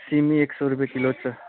सिमी एक सौ रुपियाँ किलो छ